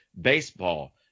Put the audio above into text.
baseball